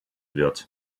wird